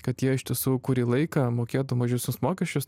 kad jie iš tiesų kurį laiką mokėtų mažesnius mokesčius